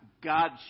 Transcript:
God